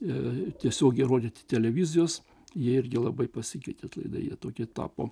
ir tiesiogiai rodyti televizijos jie irgi labai pasikeitė atlaidai jie tokie tapo